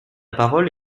parole